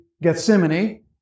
Gethsemane